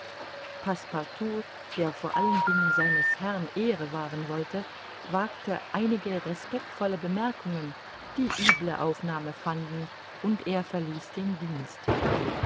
der vor allen dingen seines herrn ehre wahren wollte wagte einige respectvolle bemerkungen die üble aufnahme fanden und er verließ den dienst